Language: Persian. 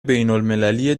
بینالمللی